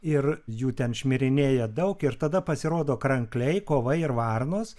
ir jų ten šmirinėja daug ir tada pasirodo krankliai kovai ir varnos